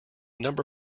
number